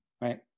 right